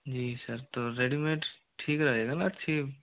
जी sir तो readymade ठीक रहेगा ना कि